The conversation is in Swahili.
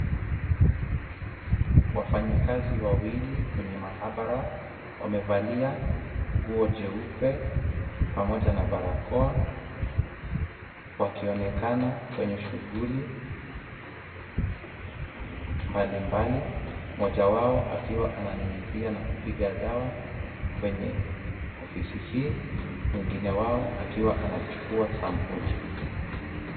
Wafanyikazi wawili kwenye maabara wamevalia nguo jeupe pamoja na barakoa wakionekana kwenye shughuli mbalimbali. Mmoja wao akiwa ananyunyizia na kupiga dawa kwenye ofisi hii mwingine wao akiwa anachukua sampuli.